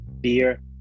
beer